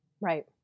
Right